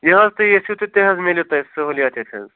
یہِ حظ تُہۍ ییٚژھِو تہِ تہِ حظ میلیو تۄہہِ سہوٗلِیَت ییٚتہِ حظ